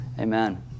Amen